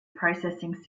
processing